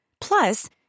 Plus